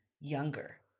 younger